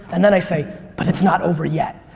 and then i say but it's not over yet.